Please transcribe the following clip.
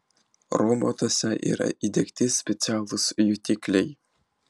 robotuose yra įdiegti specialūs jutikliai